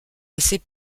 assez